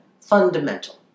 Fundamental